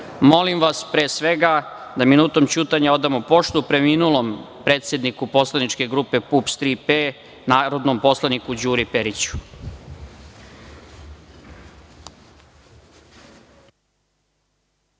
vas, pre svega, da minutom ćutanja odamo poštu preminulom predsedniku poslaničke grupe PUPS „Tri P“, narodnom poslaniku Đuri Periću. Na